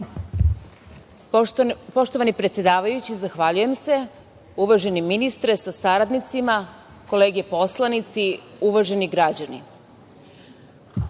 Poštovani predsedavajući, zahvaljujem se. Uvaženi ministre sa saradnicima, kolege poslanici, uvaženi građani,